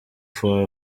for